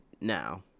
Now